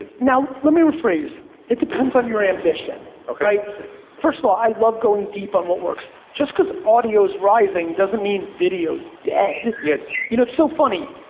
now, let me rephrase, it depends on your ambition. first of all, i love going deep on what works. just cause audio's rising doesn't mean video's dead. yeah you know, it's so funny,